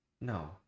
No